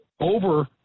over